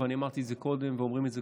ואני אמרתי את זה קודם ואומרים את זה,